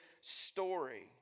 story